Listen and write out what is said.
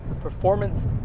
performance